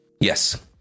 yes